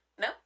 No